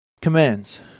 commands